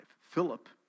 Philip